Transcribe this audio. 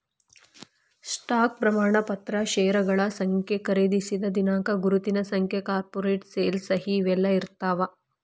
stock ಪ್ರಮಾಣ ಪತ್ರ ಷೇರಗಳ ಸಂಖ್ಯೆ ಖರೇದಿಸಿದ ದಿನಾಂಕ ಗುರುತಿನ ಸಂಖ್ಯೆ ಕಾರ್ಪೊರೇಟ್ ಸೇಲ್ ಸಹಿ ಇವೆಲ್ಲಾ ಇರ್ತಾವ